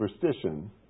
superstition